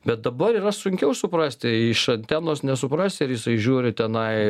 bet dabar yra sunkiau suprasti iš antenos nesuprasi ar jisai žiūri tenai